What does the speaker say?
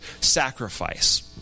sacrifice